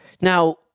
Now